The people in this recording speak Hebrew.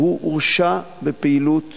שהורשע בפעילות